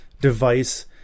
device